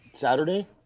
Saturday